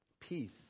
Peace